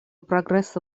прогресса